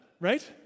Right